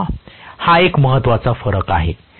हा एक अतिशय महत्वाचा फरक आहे